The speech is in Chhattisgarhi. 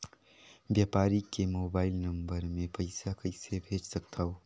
व्यापारी के मोबाइल नंबर मे पईसा कइसे भेज सकथव?